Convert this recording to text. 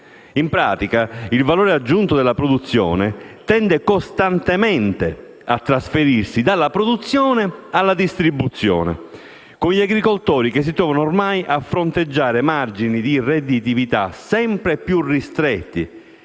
In pratica, il valore aggiunto della produzione tende costantemente a trasferirsi dalla produzione alla distribuzione, con gli agricoltori che si trovano ormai a fronteggiare margini di redditività sempre più ristretti,